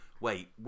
wait